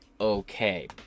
Okay